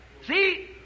See